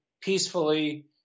peacefully